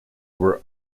were